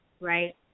right